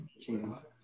Jesus